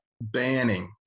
banning